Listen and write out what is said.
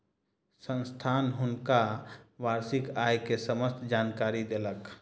संस्थान हुनका वार्षिक आय के समस्त जानकारी देलक